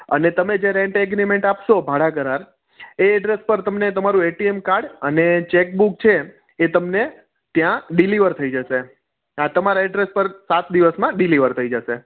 અને તમે જે રેન્ટ એગ્રીમેંટ આપશો ભાડા કરાર એ એડ્રેસ પર તમને તમારું એટીએમ કાડ અને ચેકબૂક છે એ તમને ત્યાં ડિલિવર થઇ જશે હા તમારા એડ્રેસ પર સાત દિવસમાં ડિલિવર થઇ જશે